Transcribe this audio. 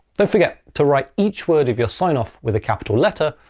don't forget to write each word of your sign-off with a capital letter,